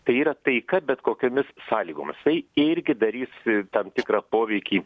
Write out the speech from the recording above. tai yra taika bet kokiomis sąlygomis tai irgi darys tam tikrą poveikį